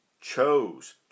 chose